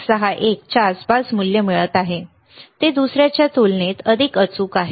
161 च्या आसपास मूल्य मिळत आहे ते दुसऱ्याच्या तुलनेत अधिक अचूक आहे